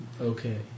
okay